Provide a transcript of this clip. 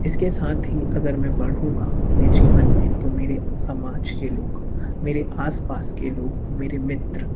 इसके साथ ही अगर मैं बढ़ूँगा अपने जीवन मे तो मेरे समाज के लोग मेरे आस पास के लोग मेरे मित्र